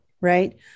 right